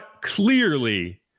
clearly